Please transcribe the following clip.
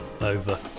over